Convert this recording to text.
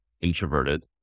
introverted